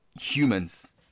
humans